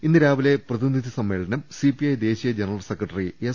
ഇന്ന് രാവിലെ പ്രതിനിധി സമ്മേളനം സിപിഐ ദേശീയ ജനറൽ സെക്രട്ടറി എസ്